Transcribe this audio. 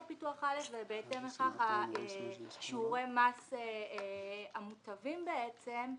פיתוח א' ובהתאם לכך שיעורי המס המוטבים משתנים.